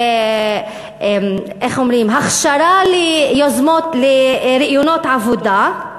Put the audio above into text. הכשרה לראיונות עבודה,